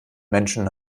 menschen